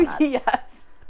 Yes